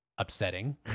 upsetting